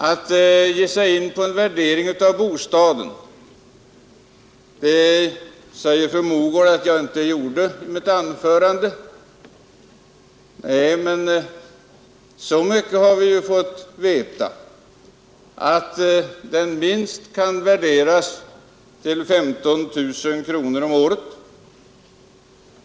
Fru Mogård sade att jag i mitt anförande inte gav mig in på en värdering av bostaden. Nej, men så mycket har vi ju fått veta, att den minst kan värderas till 15 000 kronor om året.